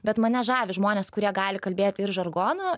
bet mane žavi žmonės kurie gali kalbėti ir žargonu